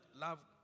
love